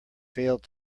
failed